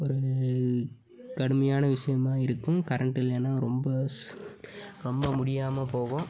ஒரு கடுமையான விஷயமா இருக்கும் கரண்ட் இல்லைன்னா ரொம்ப ரொம்ப முடியாமல் போகும்